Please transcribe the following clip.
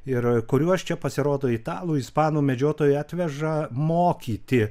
ir kuriuos čia pasirodo italų ispanų medžiotojai atveža mokyti